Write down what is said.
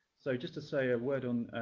so just to say a word on